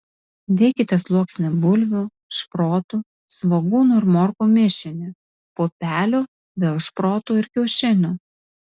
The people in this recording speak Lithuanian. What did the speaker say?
dėkite sluoksnį bulvių šprotų svogūnų ir morkų mišinį pupelių vėl šprotų ir kiaušinių